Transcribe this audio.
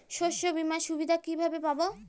শস্যবিমার সুবিধা কিভাবে পাবো?